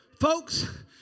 Folks